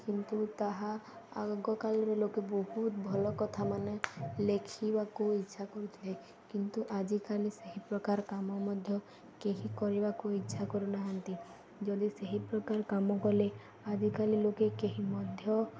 କିନ୍ତୁ ତାହା ଆଗକାଳରେ ଲୋକେ ବହୁତ ଭଲ କଥା ମାନ ଲେଖିବାକୁ ଇଚ୍ଛା କରୁଥିଲେ କିନ୍ତୁ ଆଜିକାଲି ସେହି ପ୍ରକାର କାମ ମଧ୍ୟ କେହି କରିବାକୁ ଇଚ୍ଛା କରୁନାହାନ୍ତି ଯଦି ସେହି ପ୍ରକାର କାମ କଲେ ଆଜିକାଲି ଲୋକେ କେହି ମଧ୍ୟ